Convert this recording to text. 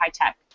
high-tech